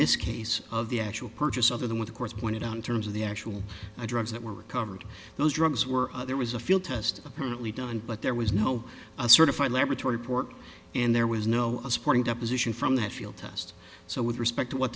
this case of the actual purchase other than what the course pointed out in terms of the actual drugs that were recovered those drugs were there was a field test apparently done but there was no certified laboratory port and there was no sporting deposition from that field test so with respect to what